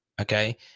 Okay